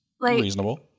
reasonable